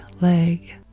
leg